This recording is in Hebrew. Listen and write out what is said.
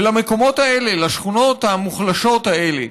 ולמקומות האלה, לשכונות המוחלשות האלה,